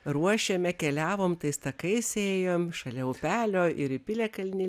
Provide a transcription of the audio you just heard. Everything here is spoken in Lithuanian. ruošėme keliavom tais takais ėjom šalia upelio ir į piliakalnį